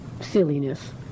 silliness